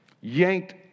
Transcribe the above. Yanked